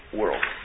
world